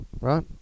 right